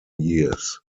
years